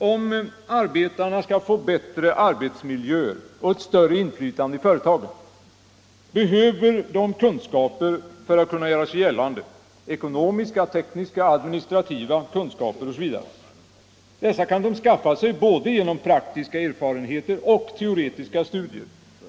För att arbetarna skall kunna göra sig gällande och få en bättre arbetsmiljö och ett större inflytande i företaget behöver de kunskaper —- ekonomiska, tekniska, administrativa osv. Dessa kunskaper kan de skaffa sig både genom praktiska erfarenheter och teoretiska studier.